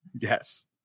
Yes